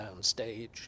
downstage